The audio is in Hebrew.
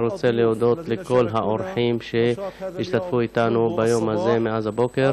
אני רוצה להודות לכל האורחים שהשתתפו אתנו ביום הזה מאז הבוקר.